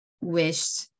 wished